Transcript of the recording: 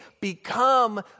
become